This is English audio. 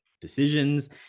decisions